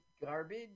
garbage